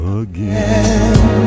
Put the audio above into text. again